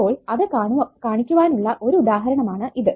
അപ്പോൾ അത് കാണിക്കുവാനുള്ള ഒരു ഉദാഹരണമാണ് ഇത്